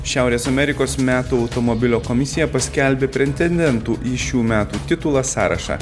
šiaurės amerikos metų automobilio komisija paskelbė pretendentų į šių metų titulą sąrašą